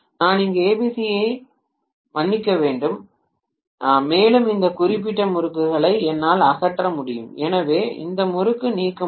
நான் இங்கே ஏபிசியை மன்னிக்க முடியும் மேலும் இந்த குறிப்பிட்ட முறுக்குகளை என்னால் அகற்ற முடியும் எனவே இந்த முறுக்கு நீக்க முடியும்